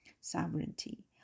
sovereignty